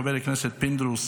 חבר הכנסת פינדרוס,